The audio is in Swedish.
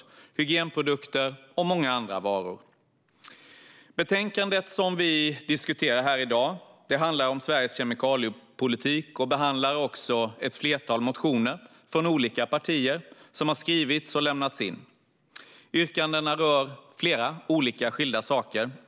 De finns i hygienprodukter och i många andra varor. Det betänkande som vi diskuterar i dag handlar om Sveriges kemikaliepolitik. I betänkandet behandlas ett flertal motioner, som har skrivits och lämnats in av olika partier. Yrkandena rör flera skilda saker.